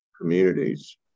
communities